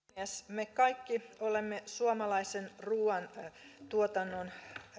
me kaikki olemme suomalaisen ruuantuotannon